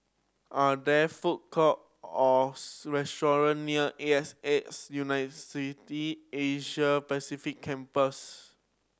are there food courts or restaurants near A X A University Asia Pacific Campus